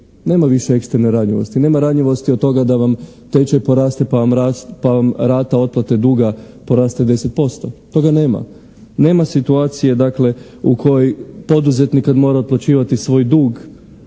Nema više ekstremne ranjivosti, nema ranjivosti od toga da vam tečaj poraste pa vam rata otplate duga poraste 10%. Toga nema. Nema situacije, dakle, u kojoj poduzetnik kad mora otplaćivati svoj dug